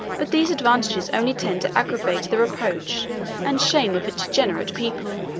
but these advantages only tend to aggravate the reproach and shame of a degenerate people.